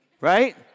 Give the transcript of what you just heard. right